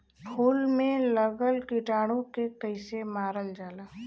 फूल में लगल कीटाणु के कैसे मारल जाला?